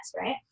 right